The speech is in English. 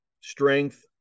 strength